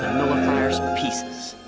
nullifier's pieces.